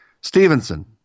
Stevenson